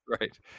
Right